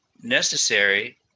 necessary